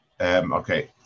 Okay